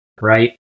Right